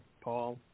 Paul